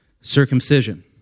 circumcision